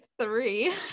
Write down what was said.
three